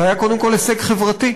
זה היה קודם כול הישג חברתי,